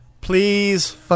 please